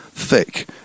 thick